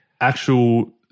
actual